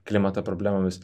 klimato problemomis